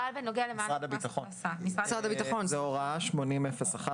זה הוראה 80.01,